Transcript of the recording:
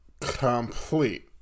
complete